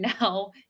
now